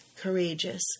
courageous